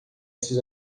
esses